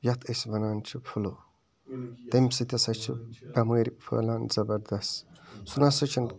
یَتھ أسۍ وَنان چھِ پھٕلوٗ تَمہِ سٕتی ہَسا چھِ بیٚمٲرۍ پھٲلان زبردست سُہ نَہ سا چھَنہٕ